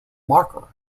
marker